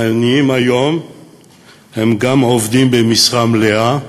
העניים היום הם גם עובדים במשרה מלאה,